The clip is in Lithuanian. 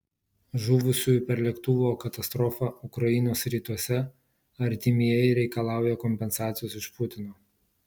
žuvusiųjų per lėktuvo katastrofą ukrainos rytuose artimieji reikalauja kompensacijos iš putino